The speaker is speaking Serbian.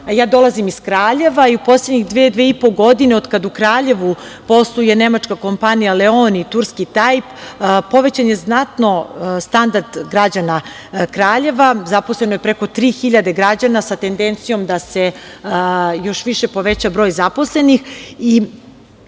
mesta. Dolazim iz Kraljeva i u poslednje dve, dve i po godine, od kada u Kraljevu posluje nemačka kompanija „Leoni“ i turski „Tajip“, povećan je znatno standard građana Kraljeva, zaposleno je preko 3.000 građana sa tendencijom da se još više poveća broj zaposlenih